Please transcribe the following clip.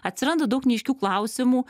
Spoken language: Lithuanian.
atsiranda daug neaiškių klausimų